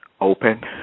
open